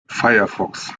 firefox